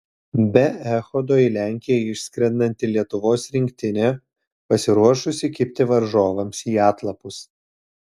be echodo į lenkiją išskrendanti lietuvos rinktinė pasiruošusi kibti varžovams į atlapus